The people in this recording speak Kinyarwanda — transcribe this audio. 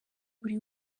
buri